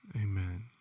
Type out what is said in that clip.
Amen